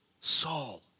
Saul